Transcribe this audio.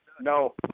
No